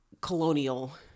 colonial